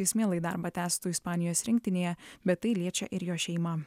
jis mielai darbą tęstų ispanijos rinktinėje bet tai liečia ir jo šeimą